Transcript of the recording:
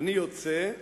"אני יוצא,